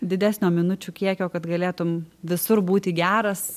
didesnio minučių kiekio kad galėtum visur būti geras